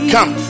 Come